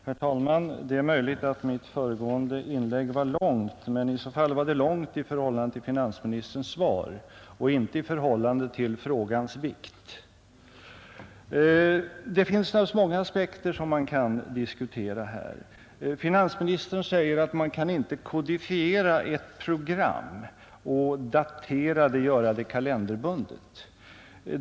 Herr talman! Det är möjligt att mitt föregående inlägg var långt, men i så fall var det långt i förhållande till finansministerns svar och inte i förhållande till frågans vikt. Det finns naturligtvis många aspekter som man kan diskutera här. Finansministern säger att man kan inte kodifiera ett program, datera det och göra det kalenderbundet.